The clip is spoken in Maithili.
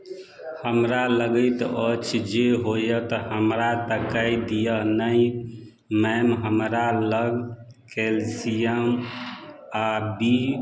हमरा लगैत अछि जे होयत हमरा ताकय दिअ नहि मैम हमरा लग कैल्शियम आ बी